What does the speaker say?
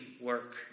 work